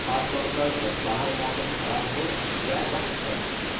خاص طور پر جب باہر موسم خراب ہو یا وقت کم ہو